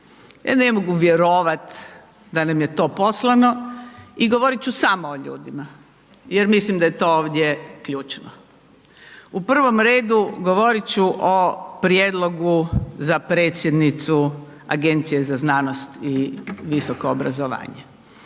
Ja ne mogu vjerovat da nam je to poslano i govorit ću samo o ljudima jer mislim da je to ovdje ključno. U prvom redu govorit ću o prijedlogu za predsjednicu Agencije za znanost i visoko obrazovanje.